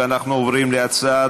ועדת כספים.